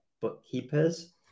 bookkeepers